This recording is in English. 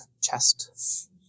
chest